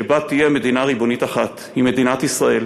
שבה תהיה מדינה ריבונית אחת, היא מדינת ישראל,